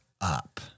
up